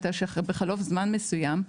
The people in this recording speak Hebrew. הייתה שבחלוף זמן מסוים,